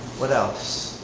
what else?